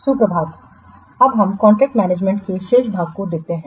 सुप्रभात इसलिए अब इस कॉन्ट्रैक्ट मैनेजमेंट के शेष भाग को देखते हैं